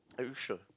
are you sure